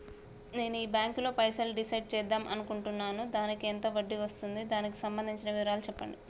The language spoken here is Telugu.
నేను ఈ బ్యాంకులో పైసలు డిసైడ్ చేద్దాం అనుకుంటున్నాను దానికి ఎంత వడ్డీ వస్తుంది దానికి సంబంధించిన వివరాలు చెప్పండి?